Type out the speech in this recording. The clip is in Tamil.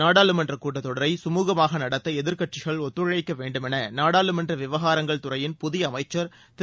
நாடாளுமன்ற கூட்டத்தொடரை கமுகமாக நடத்த எதிர்க்கட்சிகள் ஒத்துழைக்க வேண்டுமென நாடாளுமன்ற விவகாரங்கள் துறையின் புதிய அமைச்சர் திரு